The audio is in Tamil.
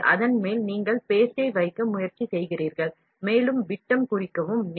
எனவே brush ன் மேல் நீங்கள் பேஸ்டை வைக்க முயற்சி செய்கிறீர்கள் மேலும் அதன் விட்டத்தை குறிக்கவும்